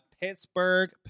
Pittsburgh